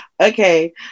okay